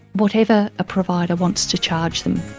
whatever a provider wants to charge them.